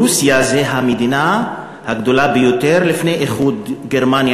פרוסיה זו המדינה הגדולה ביותר לפני איחוד גרמניה,